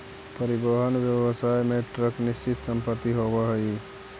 परिवहन व्यवसाय में ट्रक निश्चित संपत्ति होवऽ हई